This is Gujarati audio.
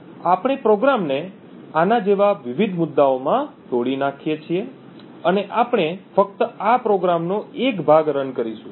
આપણે પ્રોગ્રામને આના જેવા વિવિધ મુદ્દાઓમાં તોડી નાખીએ છીએ અને આપણે ફક્ત આ પ્રોગ્રામનો એક ભાગ રન કરીશું